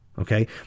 Okay